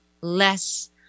less